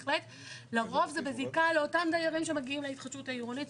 לרוב זה בזיקה לאותם דיירים שמגיעים להתחדשות העירונית.